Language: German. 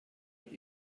noch